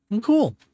cool